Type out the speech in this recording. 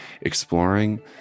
exploring